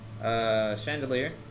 Chandelier